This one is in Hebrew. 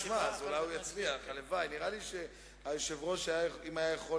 הוא יצטרך להסביר מה הוא עשה ואיך הוא נתן יד למחדלים